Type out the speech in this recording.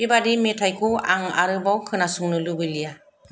बे बायदि मेथायखौ आं आरोबाव खोनासंनो लुबैलिया